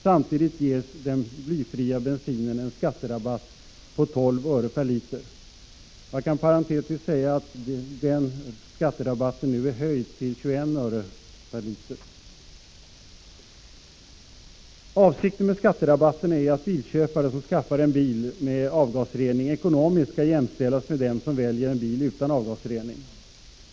Samtidigt ges den blyfria bensinen en skatterabatt på ca 12 öre per liter.” Jag kan parentetiskt säga att den rabatten nu är höjd till 21 öre per liter. Vi fortsätter i motionen: ”Avsikten med skatterabatterna är att bilköpare som skaffar en bil med avgasrening ekonomiskt skall jämställas med dem som väljer en bil utan avgasrening.